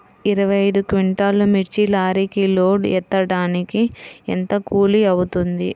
ఇరవై ఐదు క్వింటాల్లు మిర్చి లారీకి లోడ్ ఎత్తడానికి ఎంత కూలి అవుతుంది?